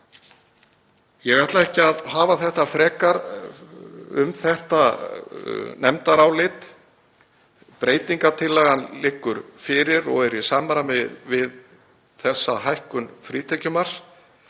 Ég ætla ekki að hafa frekari orð um þetta nefndarálit. Breytingartillagan liggur fyrir og er í samræmi við þessa hækkun frítekjumarks.